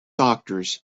doctors